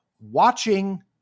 watching